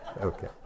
Okay